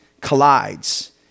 collides